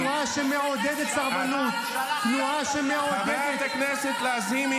תנועה שמעודדת סרבנות -- חברת הכנסת לזימי.